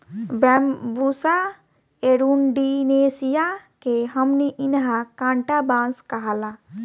Bambusa एरुण्डीनेसीया के हमनी इन्हा कांटा बांस कहाला